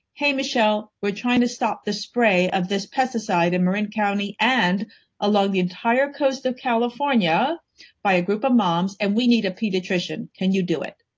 hey michelle, we're trying to stop this spray of this pesticide in marin county and along the entire coast of california by a group of moms, and we need a pediatrician. can you do it?